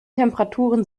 temperaturen